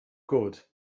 good